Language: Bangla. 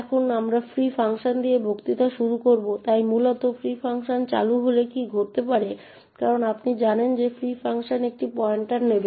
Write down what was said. এখন আমরা ফ্রি ফাংশন দিয়ে বক্তৃতা শুরু করব তাই মূলত ফ্রি ফাংশন চালু হলে কী ঘটতে পারে কারণ আপনি জানেন যে ফ্রি ফাংশন একটি পয়েন্টার নেবে